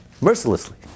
mercilessly